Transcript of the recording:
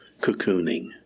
cocooning